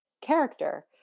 character